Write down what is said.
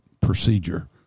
procedure